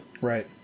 Right